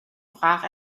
brach